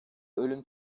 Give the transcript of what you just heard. ölüm